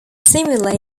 similar